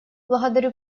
благодарю